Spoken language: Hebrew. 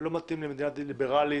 הוא לא מתאים למדינה ליברלית,